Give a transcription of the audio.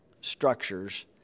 structures